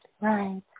right